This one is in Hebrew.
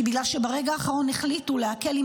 כי בגלל שברגע האחרון החליטו להקל עם